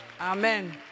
amen